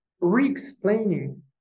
re-explaining